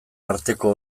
arteko